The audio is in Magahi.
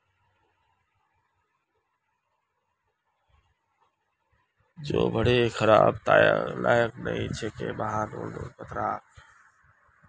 जे भेड़ खबार लायक नई ह छेक वहार ऊन कतरन ह छेक